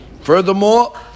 Furthermore